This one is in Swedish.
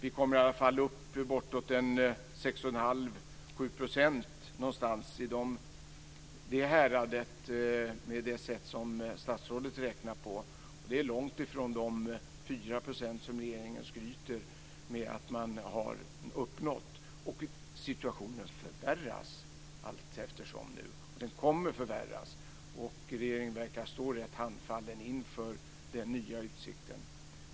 Arbetslösheten hamnar någonstans i häradet 6,5-7 % med det sätt som statsrådet räknar, och det är långt ifrån de 4 % som regeringen skryter med att man har uppnått. Situationen förvärras nu allteftersom, och den kommer att förvärras. Regeringen verkar stå handfallen inför den nya utsikten.